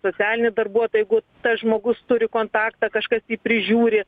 socialinį darbuotoją jeigu tas žmogus turi kontaktą kažkas jį prižiūri